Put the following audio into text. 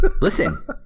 listen